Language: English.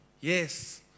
Yes